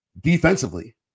defensively